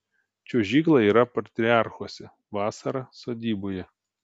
čiuožykla yra patriarchuose vasara sodyboje